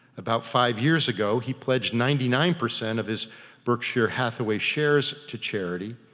about five years ago he pledged ninety nine percent of his berkshire hathaway shares to charity,